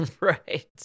Right